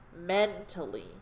mentally